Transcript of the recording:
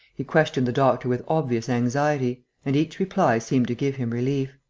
he questioned the doctor with obvious anxiety and each reply seemed to give him relief.